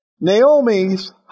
Naomi's